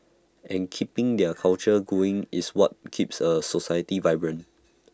and keeping their culture going is what keeps A society vibrant